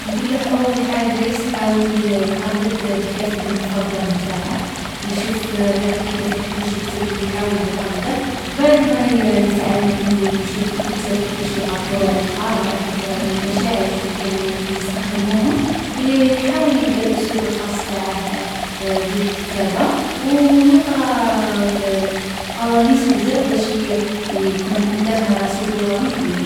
نقوله أول حاجة يسـ يحاول يـ يقلّد الكاتب المفضّل نتاعه. يشوف هاذاك الكاتب كيفاش يكتب و يحاول يقلده. بعدما يـ يتعلّم و يولي يشوف الكتّاب كيفاش يعبّرو على الآراء و يعبّرو على المشاعر، وش من كلمات لي يستخدموهم، يـ يحاول يلقا الأسلوب الخاص نتاعه بالكتابة، او ويقرا الـ القواميس بزاف باش يـ يكون عنده رصيد لغوي كبير.